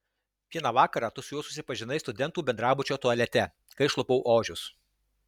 vieną vakarą tu su juo susipažinai studentų bendrabučio tualete kai aš lupau ožius